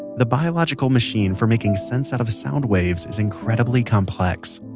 the biological machine for making sense out of sound waves is incredibly complex.